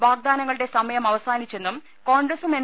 വാഗ്ദാനങ്ങ ളുടെ സമയം അവ സാനിച്ചെന്നും കോൺഗ്രസും എൻ